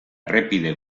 errepide